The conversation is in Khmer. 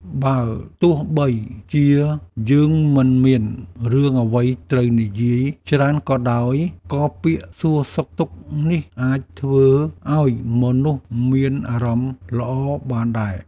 បើទោះបីជាយើងមិនមានរឿងអ្វីត្រូវនិយាយច្រើនក៏ដោយ ក៏ពាក្យសួរសុខទុក្ខនេះអាចធ្វើឱ្យមនុស្សមានអារម្មណ៍ល្អបានដែរ។